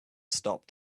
stopped